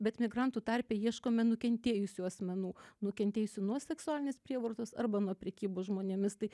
bet migrantų tarpe ieškome nukentėjusių asmenų nukentėjusių nuo seksualinės prievartos arba nuo prekybos žmonėmis tai